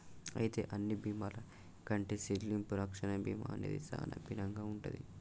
అయితే అన్ని బీమాల కంటే సెల్లింపు రక్షణ బీమా అనేది సానా భిన్నంగా ఉంటది